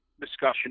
discussion